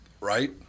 right